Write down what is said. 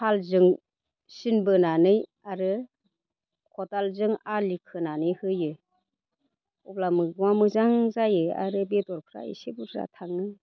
हालजों सिन बोनानै आरो खदालजों आलि खोनानै होयो अब्ला मैगङा मोजां जायो आरो बेदरफ्रा एसे बुरजा थाङो